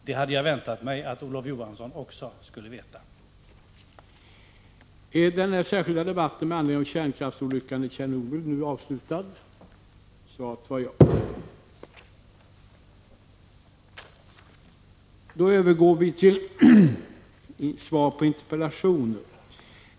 Det hade jag väntat mig att också Olof Johansson skulle känna till.